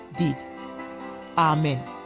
Amen